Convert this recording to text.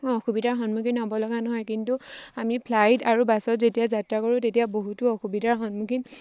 অসুবিধাৰ সন্মুখীন হ'ব লগা নহয় কিন্তু আমি ফ্লাইট আৰু বাছত যেতিয়া যাত্ৰা কৰোঁ তেতিয়া বহুতো অসুবিধাৰ সন্মুখীন